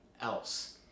else